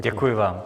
Děkuji vám.